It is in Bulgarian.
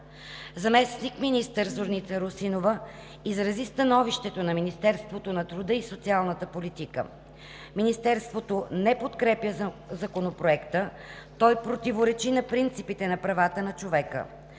Заместник-министър Зорница Русинова изрази становището на Министерството на труда и социалната политика. Министерството не подкрепя Законопроекта, той противоречи на принципите на правата на човека.